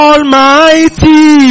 Almighty